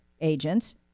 agents